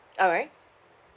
alright